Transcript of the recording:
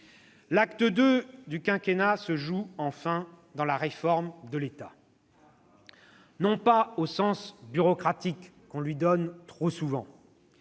L'acte II se joue enfin dans la réforme de l'État, non pas au sens bureaucratique qu'on lui donne souvent,